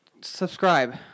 Subscribe